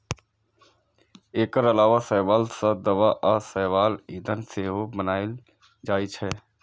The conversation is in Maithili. एकर अलावा शैवाल सं दवा आ शैवाल ईंधन सेहो बनाएल जाइ छै